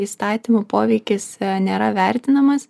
įstatymų poveikis nėra vertinamas